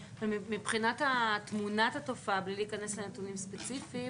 מבחינת תמונת התופעה בלי להיכנס לנתונים ספציפיים